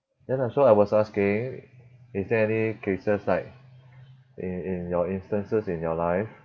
then that's why I was asking is there any cases like in in your instances in your life